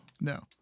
No